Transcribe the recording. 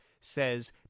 says